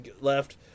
left